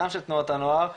גם של תנועות הנוער,